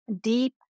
deep